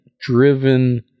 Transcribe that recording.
driven